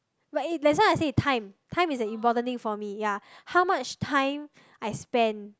but if that's why I say is time time is an important thing for me ya how much time I spend